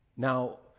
Now